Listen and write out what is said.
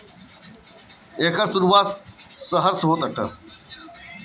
एकर शुरुआत शहर के जीवन में सुधार लियावे खातिर भइल रहे